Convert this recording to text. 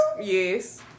Yes